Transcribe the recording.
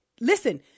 listen